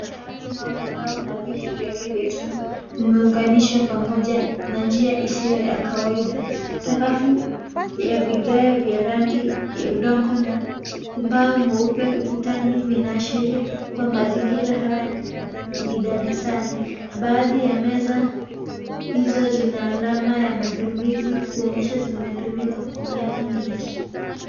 Madawati haya vya mbao na viti vyao vya chuma vimeunganishwa pamoja na njia isiyo ya kawaida sakafu ya vigae vya rangi ya udongo na mbao mweupe, na ukutani vinaashiria mazingira haya ni ya darasani baadhi ya meza hizo zina alama ya matumiz ikuonyesha vimetumika kwa miaka mingi.